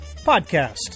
Podcast